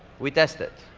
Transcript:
we test it.